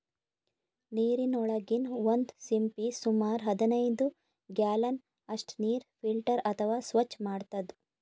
ನೀರಿನೊಳಗಿನ್ ಒಂದ್ ಸಿಂಪಿ ಸುಮಾರ್ ಹದನೈದ್ ಗ್ಯಾಲನ್ ಅಷ್ಟ್ ನೀರ್ ಫಿಲ್ಟರ್ ಅಥವಾ ಸ್ವಚ್ಚ್ ಮಾಡ್ತದ್